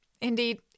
Indeed